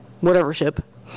Whatever-ship